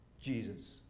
Jesus